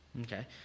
Okay